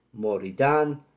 moridan